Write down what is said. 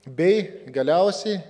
bei galiausiai